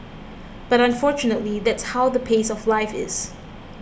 but unfortunately that's how the pace of life is